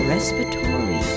respiratory